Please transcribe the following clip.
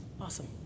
Awesome